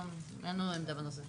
לא, אין לנו עמדה בנושא.